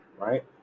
Right